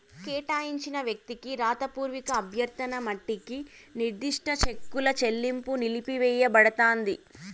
కేటాయించిన వ్యక్తికి రాతపూర్వక అభ్యర్థన మట్టికి నిర్దిష్ట చెక్కుల చెల్లింపు నిలిపివేయబడతాంది